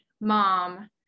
mom